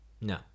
No